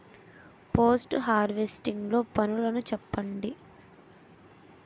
Post harvesting లో పనులను చెప్పండి?